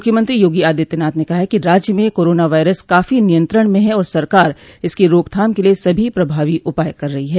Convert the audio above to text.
मुख्यमंत्री योगी आदित्यनाथ ने कहा है कि राज्य में कोरोना वायरस काफी नियंत्रण में है और सरकार इसकी रोकथाम के लिए सभी प्रभावी उपाय कर रही है